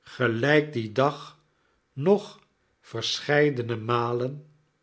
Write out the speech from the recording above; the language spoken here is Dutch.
gelijk dien dag nog verscheidene malen